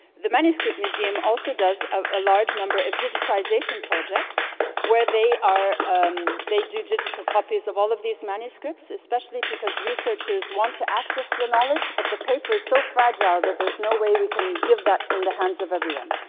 the manuscript museum also does a large number of digitization projects where they are they do digital copies of all of these manuscripts, especially because researchers want to access the knowledge, but the paper is so fragile that there's no way we can give that in the hands of everyone.